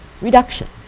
reduction